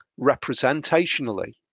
representationally